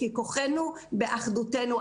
כי כוחנו באחדותנו.